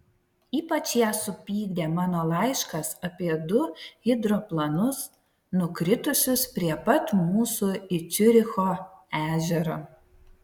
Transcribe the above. ypač ją supykdė mano laiškas apie du hidroplanus nukritusius prie pat mūsų į ciuricho ežerą